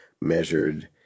measured